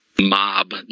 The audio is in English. Mob